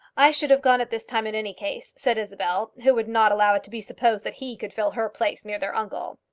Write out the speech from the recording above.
i should have gone at this time in any case, said isabel, who would not allow it to be supposed that he could fill her place near their uncle.